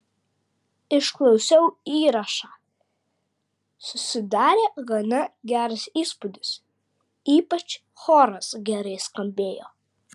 išklausiau įrašą susidarė gana geras įspūdis ypač choras gerai skambėjo